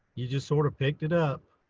you just sort of picked it up.